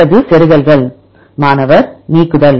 அல்லது செருகல்கள் மாணவர் நீக்குதல்